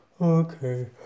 okay